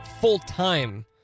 full-time